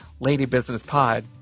ladybusinesspod